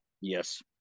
Yes